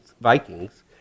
Vikings